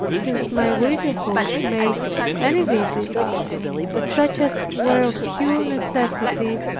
since my widowhood, made any visits but such as were of pure necessity,